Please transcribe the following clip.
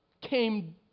came